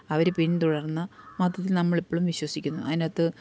അവര് പിന്തുടർന്ന മതത്തിൽ നമ്മൾ ഇപ്പോഴും വിശ്വസിക്കുന്നു അതിൻ്റാത്ത്